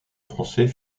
français